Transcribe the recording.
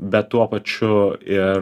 bet tuo pačiu ir